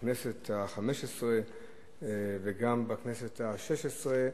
בכנסת החמש-עשרה וגם בכנסת השש-עשרה.